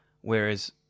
Whereas